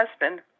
husband